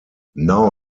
now